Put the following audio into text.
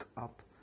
up